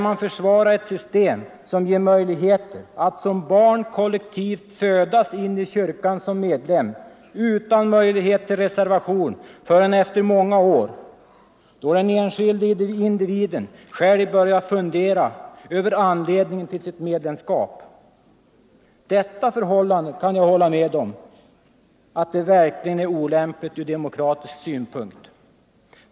Man försvarar där ett system som ger möjligheter att som barn kollektivt födas in i kyrkan som medlem utan möjlighet till reservation förrän efter många år då den enskilde individen själv börjat fundera över anledningen till sitt medlemskap. Jag kan hålla med om att detta förhållande verkligen är olämpligt från demokratisk synpunkt.